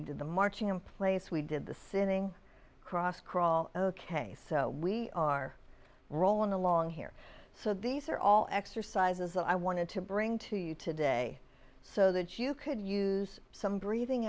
into the marching in place we did the sinning cross crawl ok so we are rolling along here so these are all exercises that i wanted to bring to you today so that you could use some breathing